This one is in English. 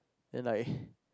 then like